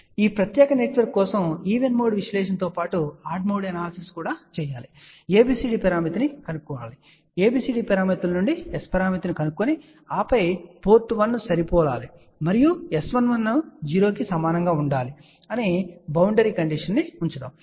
కాబట్టి ఈ ప్రత్యేక నెట్వర్క్ కోసం ఈవెన్ మోడ్ విశ్లేషణతో పాటు ఆడ్ మోడ్ ఎనాలసిస్ చేయండి ABCD పారామితిని కనుగొనండి ABCD పారామితుల నుండి S పరామితిని కనుగొని ఆపై పోర్టు 1 సరిపోలాలని మరియు S11 0 కి సమానంగా ఉండాలని బౌండరీ కండిషన్ ఉంచండి